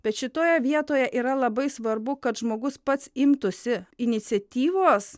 bet šitoje vietoje yra labai svarbu kad žmogus pats imtųsi iniciatyvos